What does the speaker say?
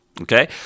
okay